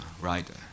writer